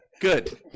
Good